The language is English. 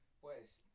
pues